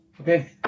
Okay